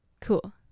Cool